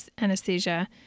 anesthesia